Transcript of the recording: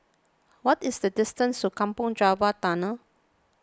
what is the distance to Kampong Java Tunnel